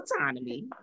autonomy